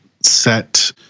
set